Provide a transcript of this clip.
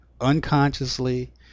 unconsciously